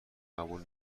قبول